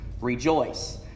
rejoice